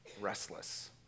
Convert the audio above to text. restless